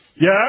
Yes